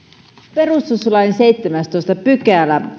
perustuslain seitsemästoista pykälä